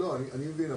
אני מבין,